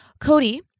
Cody